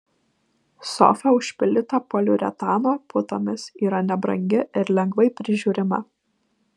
sofa užpildyta poliuretano putomis yra nebrangi ir lengvai prižiūrima